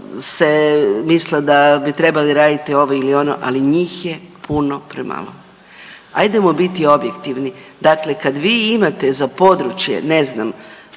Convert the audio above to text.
se, mislila da bi trebali raditi ovo ili ono, ali njih je puno premalo. Ajdemo biti objektivni. Dakle kad vi imate za područje, ne znam,